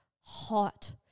hot